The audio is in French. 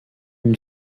une